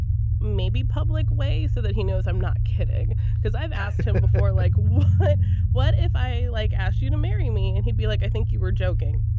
maybe public way so that he knows. i'm not kidding because i've asked him before, like, what what if i, like, asked you to marry me? and he'd be like, i think you were joking